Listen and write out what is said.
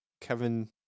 Kevin